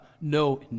No